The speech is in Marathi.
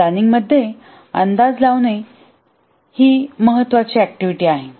प्लॅनिंग मध्ये अंदाज लावणे ही महत्वाची एक्टिविटी आहे